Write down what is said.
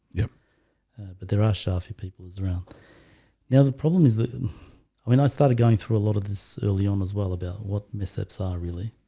yeah but there are shafi people israel now the problem is that i mean i started going through a lot of this early on as well about what mishaps are really